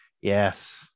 Yes